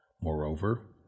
Moreover